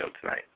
tonight